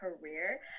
career